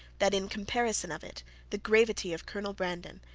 that in comparison of it the gravity of colonel brandon,